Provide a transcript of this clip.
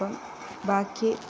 അപ്പോള് ബാക്കി